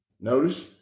Notice